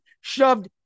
shoved